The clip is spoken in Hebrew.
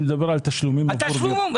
אני מדבר על תשלומים עבור --- תשלום.